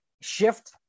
shift